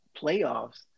playoffs